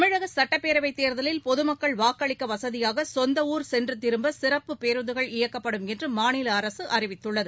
தமிழக சுட்டப்பேரவைத் தேர்தலில் பொதுமக்கள் வாக்களிக்க வசதியாக சொந்த ஊர் சென்று திரும்ப சிறப்பு பேருந்துகள் இயக்கப்படும் என்று மாநில அரசு அறிவித்துள்ளது